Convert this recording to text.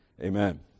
Amen